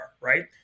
Right